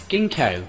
Ginkgo